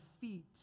feet